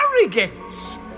arrogance